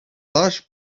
large